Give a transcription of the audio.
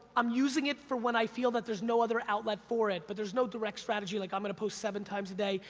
i'm using it for when i feel that there's no other outlet for it, but there's no direct strategy, like i'm gonna post seven times a day,